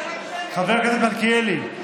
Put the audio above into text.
חבר הכנסת מלכיאלי,